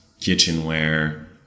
kitchenware